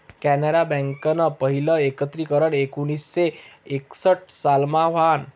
कॅनरा बँकनं पहिलं एकत्रीकरन एकोणीसशे एकसठ सालमा व्हयनं